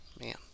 Man